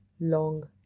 long